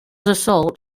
assault